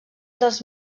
dels